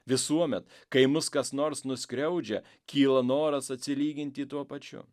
visuomet kai mus kas nors nuskriaudžia kyla noras atsilyginti tuo pačiu